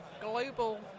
global